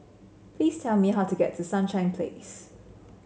please tell me how to get to Sunshine Place